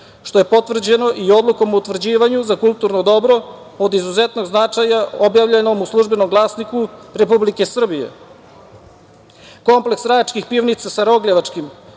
što je potvrđeno i odlukom o potvrđivanju za kulturno dobro, od izuzetnog značaja objavljenom u „Službenom Glasniku“ Republike Srbije. Kompleks Rajačkih pivnica sa Rogljevačkim,